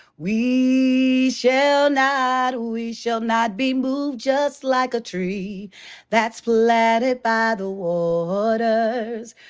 we shall not, we shall not be moved. just like a tree that's planted by the waters.